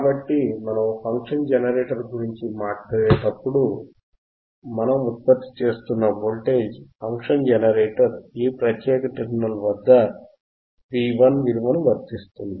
కాబట్టి మనము function generator గురించి మాట్లాడేటప్పుడునుండి మనం ఉత్పత్తి చేస్తున్న వోల్టేజ్ ఫంక్షన్ జెనరేటర్ ఈ ప్రత్యేక టెర్మినల్ వద్ద V1 విలువని వర్తిస్తుంది